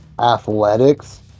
athletics